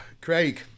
Craig